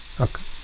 Okay